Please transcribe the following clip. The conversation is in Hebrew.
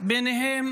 ביניהם